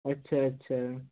ਅੱਛਾ ਅੱਛਾ